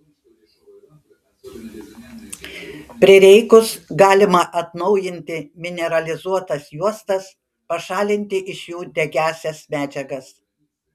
prireikus galima atnaujinti mineralizuotas juostas pašalinti iš jų degiąsias medžiagas